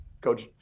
Coach